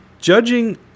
Judging